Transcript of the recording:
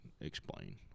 explain